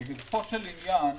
לגופו של עניין,